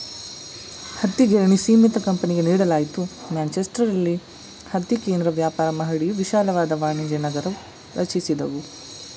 ಹತ್ತಿಗಿರಣಿ ಸೀಮಿತ ಕಂಪನಿಗೆ ನೀಡಲಾಯ್ತು ಮ್ಯಾಂಚೆಸ್ಟರಲ್ಲಿ ಹತ್ತಿ ಕೇಂದ್ರ ವ್ಯಾಪಾರ ಮಹಡಿಯು ವಿಶಾಲವಾದ ವಾಣಿಜ್ಯನಗರ ರಚಿಸಿದವು